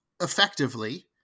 effectively